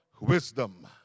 wisdom